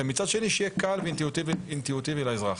ומצד שני שיהיה קל ואינטואיטיבי לאזרח.